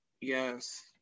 Yes